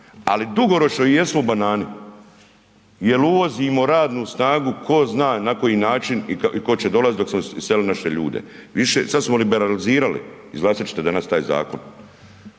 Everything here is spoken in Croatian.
Ali dugoročno i jesmo u banani jel uvozimo radnu snagu ko zna na koji način i koće dolazit dok smo iselili naše ljude. Više, sad smo liberalizirali, izglasat ćete danas taj zakon.